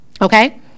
okay